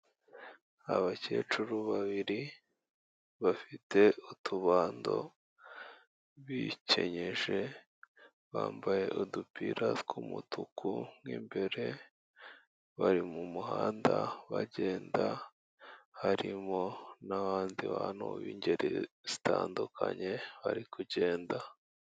Abakecuru babiri bafite utubando, bikenyeje bambaye udupira tw'umutuku mo imbere, bari mu muhanda bagenda, harimo n'abandi bantu b'ingeri zitandukanye bari kugenda.